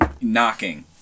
knocking